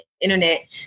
Internet